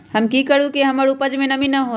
हम की करू की हमर उपज में नमी न होए?